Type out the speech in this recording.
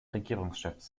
regierungschefs